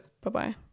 Bye-bye